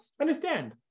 understand